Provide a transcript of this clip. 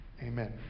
Amen